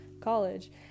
college